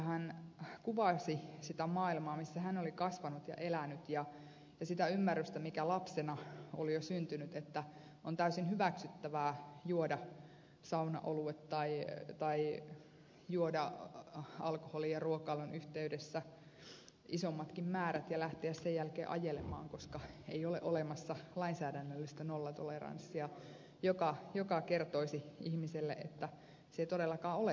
hän kuvasi sitä maailmaa missä hän oli kasvanut ja elänyt ja sitä ymmärrystä mikä lapsena oli jo syntynyt että on täysin hyväksyttävää juoda saunaoluet tai juoda alkoholia ruokailun yhteydessä isommatkin määrät ja lähteä sen jälkeen ajelemaan koska ei ole olemassa lainsäädännöllistä nollatoleranssia joka kertoisi ihmiselle että se ei todellakaan ole hyväksyttävää